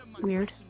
weird